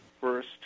first